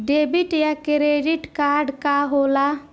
Debit या credit card का होला?